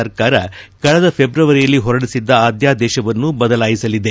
ಸರ್ಕಾರ ಕಳೆದ ಫೆಬ್ರವರಿಯಲ್ಲಿ ಹೊರಡಿಸಿದ್ದ ಅಧ್ಯಾದೇಶವನ್ನು ಬದಲಾಯಿಸಲಿದೆ